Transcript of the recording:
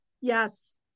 Yes